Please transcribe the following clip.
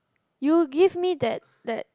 you give me that that